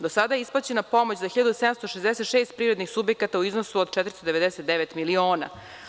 Do sada je isplaćena pomoć za 1766 privrednih subjekata u iznosu od 499 miliona.